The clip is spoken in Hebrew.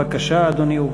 בבקשה, אדוני.